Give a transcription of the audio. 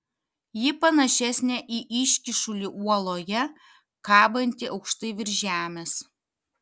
ji panašesnė į iškyšulį uoloje kabantį aukštai virš žemės